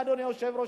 אדוני היושב-ראש,